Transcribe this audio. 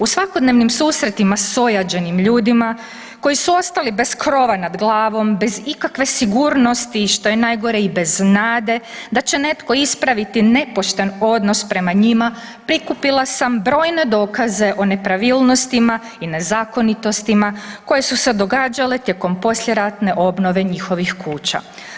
U svakodnevnim susretima s ojađenim ljudima koji su ostali bez krova nad glavom, bez ikakve sigurnosti i što je najgore i bez nade da će netko ispraviti nepošten odnos prema njima prikupila sam brojne dokaze o nepravilnostima i nezakonitostima koje su se događale tijekom poslijeratne obnove njihovih kuća.